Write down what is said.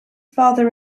father